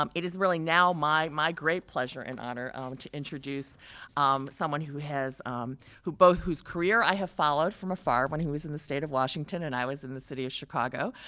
um it is really now my my great pleasure and honor um to introduce someone who has um both whose career i have followed from afar when he was in the state of washington and i was in the city of chicago,